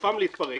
סופם להתפרק.